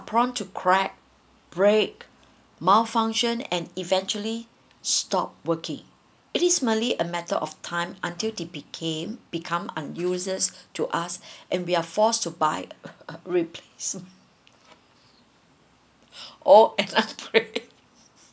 prawn to crack break malfunction and eventually stopped working it is merely a matter of time until they became become an useless to us and we are forced to buy a re~replacement oh